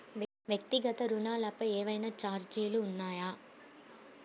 వ్యక్తిగత ఋణాలపై ఏవైనా ఛార్జీలు ఉన్నాయా?